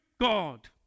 God